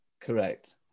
Correct